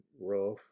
rough